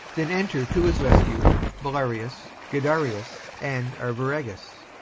then enter to his rescue belarius, guiderius, and arviragus